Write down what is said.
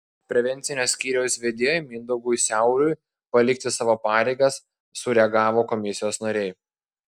prevencinio skyriaus vedėjui mindaugui siauriui palikti savo pareigas sureagavo komisijos nariai